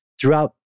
throughout